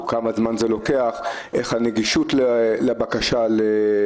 אנחנו נמצאים בשעת חירום,